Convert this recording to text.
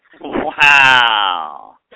Wow